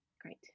great